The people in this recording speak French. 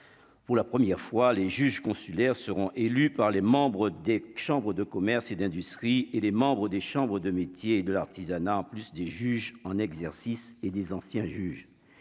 pour la première fois les juges consulaires seront élus par les membres des chambres de commerce et d'industrie et des membres des chambres de métiers de l'artisanat, en plus des juges en exercice et des anciens juges